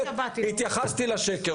התייחסתי לשקר.